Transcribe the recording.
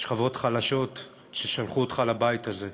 שכבות חלשות ששלחו אותך לבית הזה.